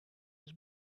has